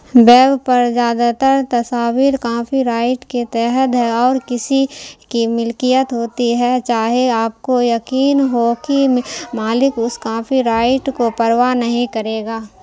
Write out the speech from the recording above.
web پر زیادہ تر تصاویر کاپی رائٹ کے تحد ہے اور کسی کی ملکیت ہوتی ہے چاہے آپ کو یقین ہو کہ مالک اس کاپی رائٹ کو پرواہ نہیں کرے گا